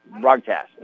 broadcast